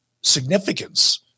significance